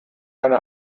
eine